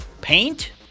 Paint